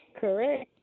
Correct